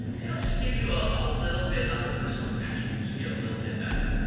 it'll just give you ah a little bit of a personal connection. it'll just be a little bit better.